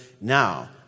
Now